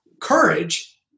courage